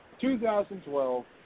2012